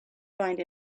find